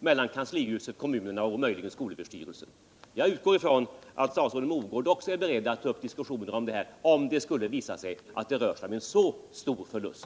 mellan kanslihuset. kommunerna och möjligen skolöverstyrelsen. Jag utgår från att statsrådet Mogård också är beredd att ta upp diskussioner om detta, ifall det skulle visa sig att det rör sig om en så stor förlust.